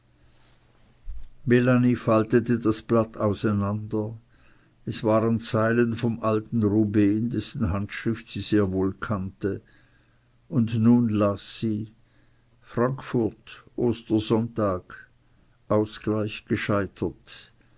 faltete das blatt auseinander es waren zeilen vom alten rubehn dessen handschrift sie sehr wohl kannte und nun las sie frankfurt ostersonntag ausgleich gescheitert